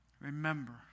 remember